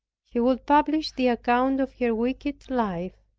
he would publish the account of her wicked life,